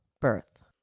birth